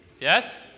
yes